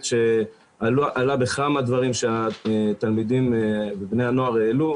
שעלה בכמה דברים שהתלמידים ובני הנוער העלו,